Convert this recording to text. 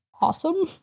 awesome